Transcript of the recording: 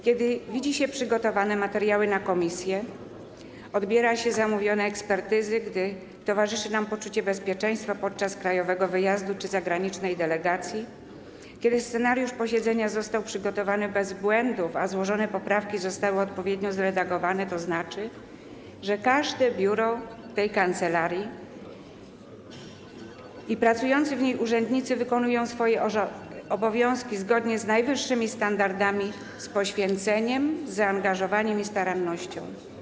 Kiedy widzi się materiały przygotowane na posiedzenie komisji, odbiera się zamówione ekspertyzy, gdy towarzyszy nam poczucie bezpieczeństwa podczas krajowego wyjazdu czy zagranicznej delegacji, kiedy scenariusz posiedzenia został przygotowany bez błędów, a złożone poprawki zostały odpowiednio zredagowane, to znaczy, że każde biuro tej kancelarii i pracujący w niej urzędnicy wykonują swoje obowiązki zgodnie z najwyższymi standardami, z poświęceniem, zaangażowaniem i starannością.